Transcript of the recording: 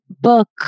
book